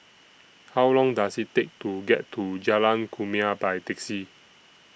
How Long Does IT Take to get to Jalan Kumia By Taxi